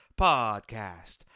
Podcast